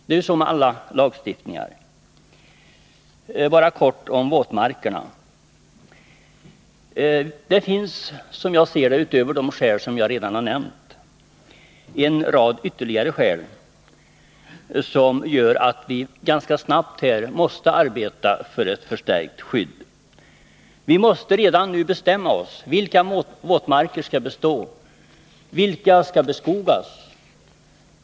Det är ju så med all lagstiftning, att den behövs därför att det finns vissa som inte handlar som majoriteten. Jag vill säga några ord om våtmarkerna. Utöver de skäl som jag redan har nämnt finns det, som jag ser det, en rad ytterligare skäl som gör att vi måste arbeta för att ganska snabbt få ett förstärkt skydd. Vi måste redan nu bestämma oss för vilka våtmarker som skall bestå och vilka som skall beskogas.